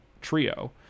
trio